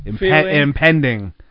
impending